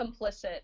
complicit